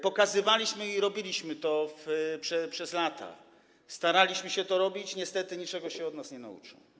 Pokazywaliśmy i robiliśmy to przez lata, staraliśmy się to robić, niestety niczego się od nas nie nauczył.